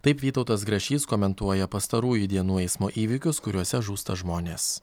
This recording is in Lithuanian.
taip vytautas grašys komentuoja pastarųjų dienų eismo įvykius kuriuose žūsta žmonės